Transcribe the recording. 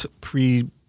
pre